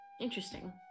Interesting